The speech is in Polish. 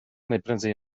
najprędzej